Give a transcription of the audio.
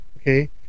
okay